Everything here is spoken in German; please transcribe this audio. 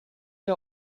der